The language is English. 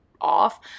off